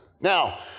Now